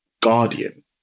guardian